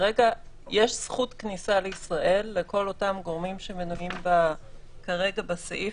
כרגע יש זכות כניסה לישראל לכל אותם גורמים שמנויים כרגע בסעיף